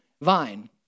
vine